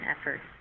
efforts